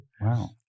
Wow